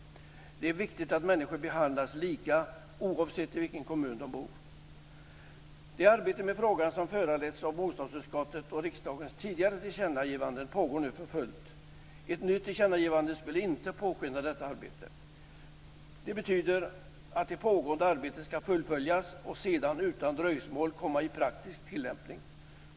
Det är viktigt att människor behandlas lika oavsett i vilken kommun de bor. Det arbete med frågan som föranletts av bostadsutskottet och riksdagens tidigare tillkännagivanden pågår nu för fullt. Ett nytt tillkännagivande skulle inte påskynda detta arbete. Det betyder att det pågående arbetet skall fullföljas och sedan utan dröjsmål komma i praktisk tillämpning.